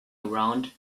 around